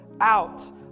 out